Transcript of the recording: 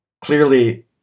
Clearly